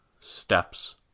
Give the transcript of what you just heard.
steps